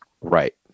right